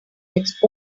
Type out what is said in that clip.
its